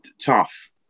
tough